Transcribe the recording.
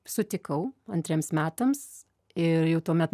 sutikau antriems metams ir jau tuomet